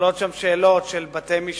עולות שם שאלות של בתי-משפט,